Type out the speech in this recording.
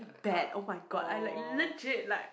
Bad oh-my-god I like legit like